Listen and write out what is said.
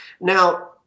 Now